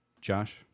Josh